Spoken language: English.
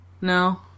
no